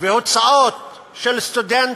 והוצאות של סטודנט,